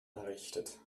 errichtet